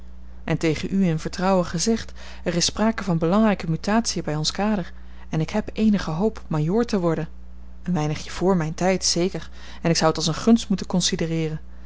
en tegen u in vertrouwen gezegd er is sprake van belangrijke mutatiën bij ons kader en ik heb eenige hoop majoor te worden een weinigje vr mijn tijd zeker en ik zou t als eene gunst moeten